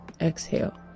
exhale